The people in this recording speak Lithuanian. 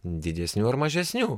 didesnių ar mažesnių